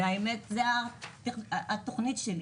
והאמת שזאת התוכנית שלי.